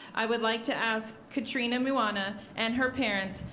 i would like to ask katrina myana and her parents,